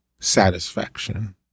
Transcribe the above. satisfaction